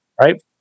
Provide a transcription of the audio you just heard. right